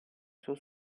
suo